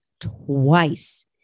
twice